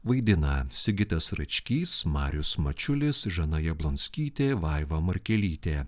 vaidina sigitas račkys marius mačiulis žana jablonskytė vaiva markelytė